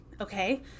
okay